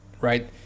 right